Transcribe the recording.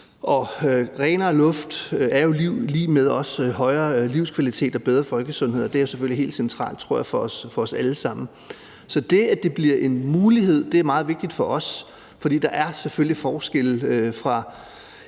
Renere luft er jo lig med også højere livskvalitet og bedre folkesundhed, og det er selvfølgelig helt centralt, tror jeg, for os alle sammen. Så det, at det bliver en mulighed, er meget vigtigt for os, for der er selvfølgelig forskelle